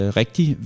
rigtig